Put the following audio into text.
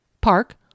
park